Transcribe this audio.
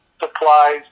supplies